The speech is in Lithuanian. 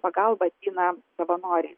pagalbą ateina savanoriai